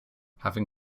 having